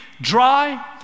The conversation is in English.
dry